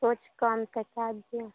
सोचि कऽ पठा दिअ